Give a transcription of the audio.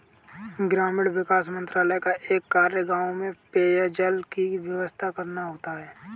ग्रामीण विकास मंत्रालय का एक कार्य गांव में पेयजल की व्यवस्था करना होता है